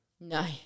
No